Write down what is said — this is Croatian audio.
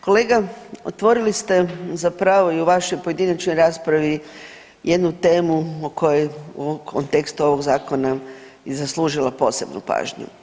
Kolega, otvorili ste zapravo i u vašoj pojedinačnoj raspravi jednu temu o kojoj u kontekstu ovog zakona je zaslužila posebnu pažnju.